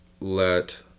let